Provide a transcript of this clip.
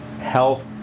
health